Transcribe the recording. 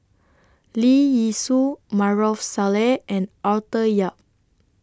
Leong Yee Soo Maarof Salleh and Arthur Yap